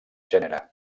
gènere